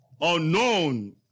unknown